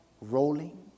rolling